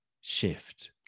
shift